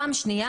דבר שני,